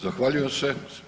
Zahvaljujem se.